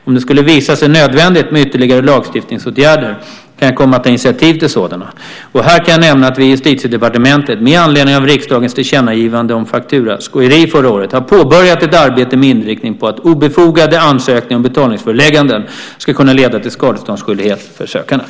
Om det skulle visa sig nödvändigt med ytterligare lagstiftningsåtgärder kan jag komma att ta initiativ till sådana. Och här kan jag nämna att vi i Justitiedepartementet, med anledning av riksdagens tillkännagivande om fakturaskojeri förra året, har påbörjat ett arbete med inriktning på att obefogade ansökningar om betalningsförelägganden ska kunna leda till skadeståndsskyldighet för sökanden.